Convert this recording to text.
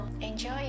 enjoy